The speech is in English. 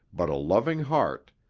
but a loving heart,